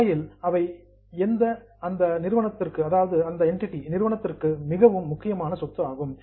உண்மையில் அவை அந்த என்டிடி நிறுவனத்திற்கு மிக முக்கியமான சொத்து ஆகும்